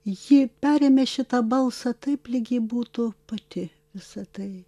ji perėmė šitą balsą taip lyg ji būtų pati visa tai